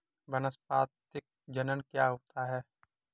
वानस्पतिक जनन क्या होता है?